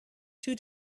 two